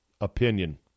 opinion